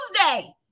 Tuesday